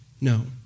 no